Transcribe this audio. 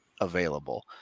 available